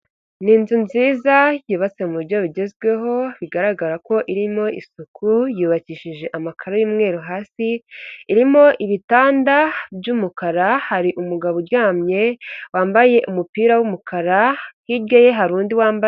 Ni inzu nziza yubatswe mu buryo bugezweho, bigaragara ko irimo isuku, yubakishije amakaro y'umweru hasi, irimo ibitanda by'umukara, hari umugabo uryamye wambaye umupira w'umukara hirya ye hari undi wambaye.